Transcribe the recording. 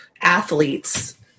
athletes